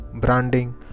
branding